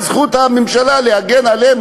זכות הממשלה להגן עליהם,